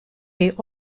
est